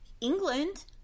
England